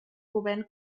govern